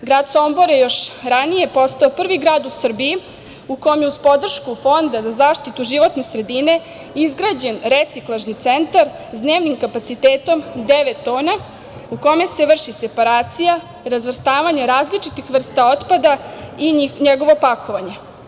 Grad Sombor je još ranije postao prvi grad u Srbiji u kome je uz podršku Fonda za zaštitu životne sredine izgrađen reciklažni centar s dnevnim kapacitetom devet tona u kome se vrši separacija, razvrstavanje različitih vrsta otpada i njegovo pakovanje.